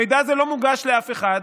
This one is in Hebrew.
המידע הזה לא מוגש לאף אחד.